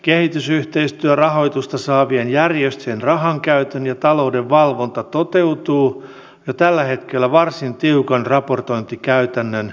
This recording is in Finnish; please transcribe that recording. kehitysyhteistyörahoitusta saavien järjestöjen rahankäytön ja talouden valvonta toteutuu jo tällä hetkellä varsin tiukan raportointikäytännön ja muun muassa